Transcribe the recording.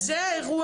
אז זה האירוע?